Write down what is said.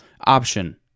option